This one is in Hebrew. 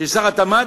ששר התעשייה,